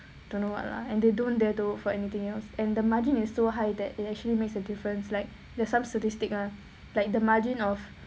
don't know what lah and they don't dare to vote for anything else and the margin is so high that it actually makes a difference like there's some statistics ah like the margin of